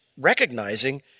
recognizing